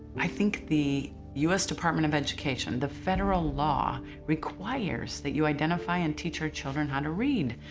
i think the us department of education, the federal law requires that you identify and teach our children how to read.